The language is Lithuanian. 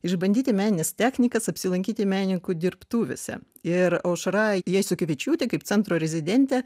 išbandyti menines technikas apsilankyti menininkų dirbtuvėse ir aušra jasiukevičiūtė kaip centro rezidentė